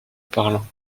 parlant